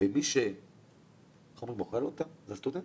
ומי ש"אוכל אותה", כמו שאומרים, זה הסטודנטים.